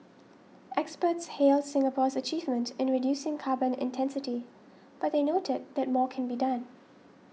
experts hailed Singapore's achievement in reducing carbon intensity but they noted that more can be done